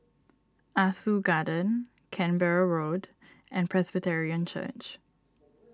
Ah Soo Garden Canberra Road and Presbyterian Church